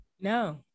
No